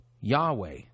Yahweh